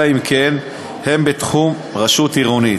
אלא אם כן הם בתחום רשות עירונית.